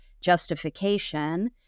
justification